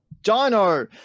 dino